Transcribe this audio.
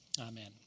Amen